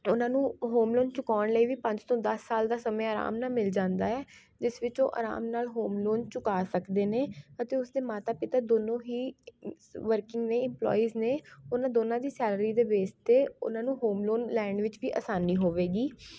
ਉਹਨਾਂ ਨੂੰ home loan ਚੁਕਾਉਣ ਲਈ ਵੀ ਪੰਜ ਤੋਂ ਦਸ ਸਾਲ ਦਾ ਸਮੇਂ ਆਰਾਮ ਨਾਲ ਮਿਲ ਜਾਂਦਾ ਹੈ ਜਿਸ ਵਿੱਚ ਉਹ ਆਰਾਮ ਨਾਲ ਹੋਮ ਲੋਨ ਚੁਕਾ ਸਕਦੇ ਨੇ ਅਤੇ ਉਸਦੇ ਮਾਤਾ ਪਿਤਾ ਦੋਨੋਂ ਹੀ ਵਰਕਿੰਗ ਨੇ ਇਮਪਲੋਈਜ਼ ਨੇ ਉਹਨਾਂ ਦੋਨਾਂ ਦੀ ਸੈਲਰੀ ਦੇ ਬੇਸ 'ਤੇ ਉਹਨਾਂ ਨੂੰ ਹੋਮ ਲੋਨ ਲੈਣ ਵਿੱਚ ਵੀ ਆਸਾਨੀ ਹੋਵੇਗੀ